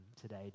today